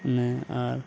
ᱚᱱᱮ ᱟᱨ